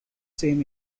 same